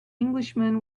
englishman